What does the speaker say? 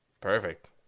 Perfect